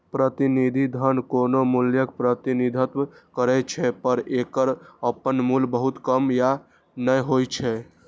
प्रतिनिधि धन कोनो मूल्यक प्रतिनिधित्व करै छै, पर एकर अपन मूल्य बहुत कम या नै होइ छै